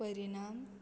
परिणाम